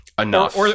Enough